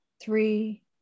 three